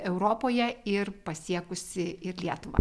europoje ir pasiekusi lietuvą